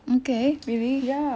okay really